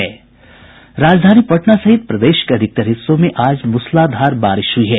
राजधानी पटना सहित प्रदेश के अधिकतर हिस्सों में आज मूसलाधार बारिश हुई है